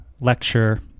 lecture